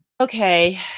Okay